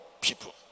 people